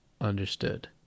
Understood